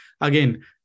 again